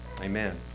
amen